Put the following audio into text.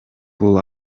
бул